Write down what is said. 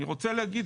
אני רוצה להגיד,